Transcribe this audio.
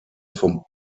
vom